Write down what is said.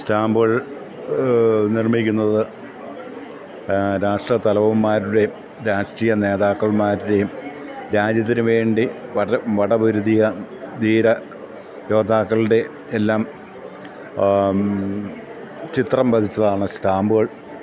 സ്റ്റാമ്പുകൾ നിർമ്മിക്കുന്നത് രാഷ്ട്രത്തലവന്മാരുടെയും രാഷ്ട്രീയ നേതാക്കളുടെയും രാജ്യത്തിന് വേണ്ടി പടപൊരുതിയ ധീരയോദ്ധാക്കളുടെയുമെല്ലാം ചിത്രം പതിച്ചതാണ് സ്റ്റാമ്പുകൾ